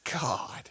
God